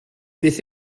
beth